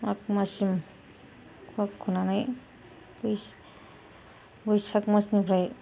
माग मासिम खुवा खुनानै बैसाग मासनिफ्राय